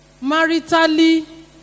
maritally